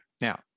Now